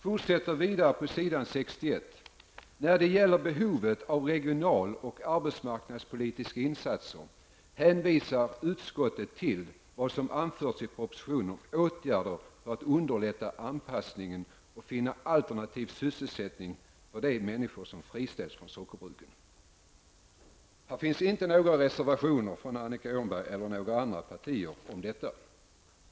På s. 18--19 fortsätter utskottet: ''När det gäller behovet av regional och arbetsmarknadspolitiska insatser hänvisade utskottet i beslutet till vad som anfördes i propositionen om åtgärder för att underlätta anpassningen och finna alternativ sysselsättning för de människor som friställs från sockerbruken.'' Det finns inte några reservationer från Annika Åhnberg eller någon annan om detta.